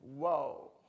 Whoa